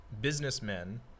businessmen